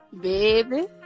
Baby